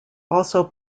also